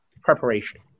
preparation